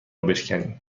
بشکنی